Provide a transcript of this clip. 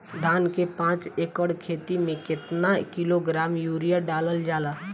धान के पाँच एकड़ खेती में केतना किलोग्राम यूरिया डालल जाला?